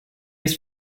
ist